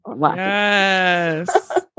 Yes